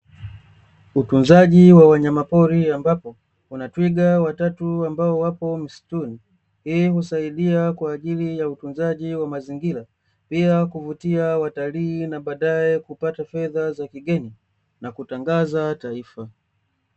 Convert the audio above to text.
Utunzaji wa wanyamapori ambapo kuna twiga watatu ambao wapo msituni. Hii husaidia kwa ajili ya utunzaji wa mazingira pia kuvutia watalii, na baadae kupata fedha za kigeni na kutangaza taifa.